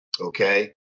Okay